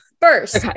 First